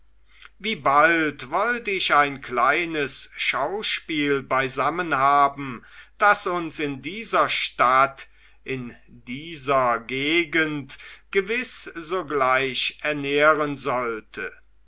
wie bald wollt ich ein kleines schauspiel beisammen haben das uns in dieser stadt in dieser gegend gewiß sogleich ernähren sollte